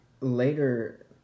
later